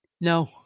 No